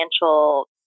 financial